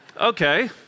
Okay